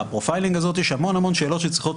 הפרופיילינג הזו יש המון שאלות שצריכות